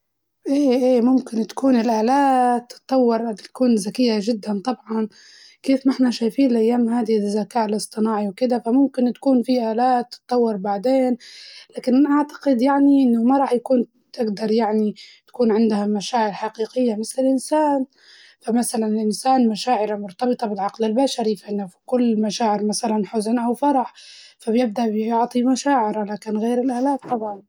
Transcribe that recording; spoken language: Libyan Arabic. إي إي ممكن تكون الآلات تتطور تكون زكية جداً طبعاً، كيف ما احنا شايفين الأيام هادي الزكاء الاصطناعي وكدة، فممكن تكون في آلات تتطور بعدين لكن أنا أعتقد يعني إنه ما راح يكون تقدر يعني تكون عندها مشاعر حقيقة مسل الإنسان، فمسلاً الإنسان مشاعره مرتبطة بالعقل البشري فإنه في كل مشاعر مسلاص حزن أو فرح فبيبدأ بيعطي مشاعره لكن غيره لا طبعاً.